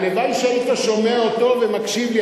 הלוואי שהיית שומע אותו ומקשיב לי,